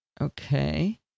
Okay